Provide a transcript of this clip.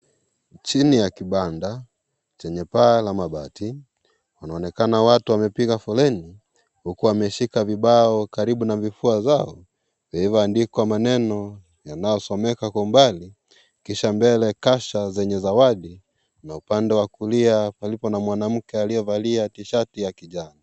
Chini ya kibanda chenye paa la mabati kunaonekana watu wamepiga foleni huku wameshika vibao karibu na vifua vyao vilivyoandikwa maneo yanayosomeka kwa mbali kisha mbele kasha zenye zawadi na upande wa kulia palipo na mwanamke aliyevalia tishati ya kijani.